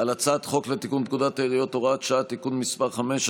על הצעת חוק לתיקון פקודת העיריות (הוראת שעה) (תיקון מס' 5),